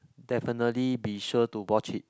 definitely be sure to watch it